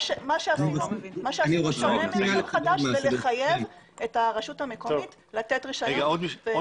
מה שעשינו שונה ברישיון חדש זה לחייב את הרשות המקומית לתת רישיון.